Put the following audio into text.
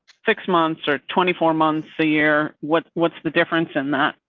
six months or twenty four months a year. what's what's the difference in that?